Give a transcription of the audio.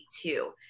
two